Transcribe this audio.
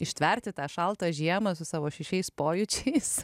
ištverti tą šaltą žiemą su savo šešiais pojūčiais